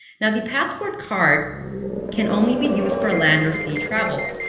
now, the passport card can only be used for land or sea travel,